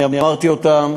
אני אמרתי אותם,